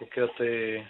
kokia tai